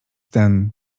ten